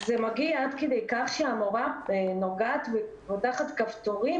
זה מגיע עד כדי כך שהמורה נוגעת ופותחת כפתורים